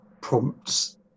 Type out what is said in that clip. prompts